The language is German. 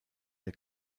der